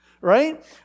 right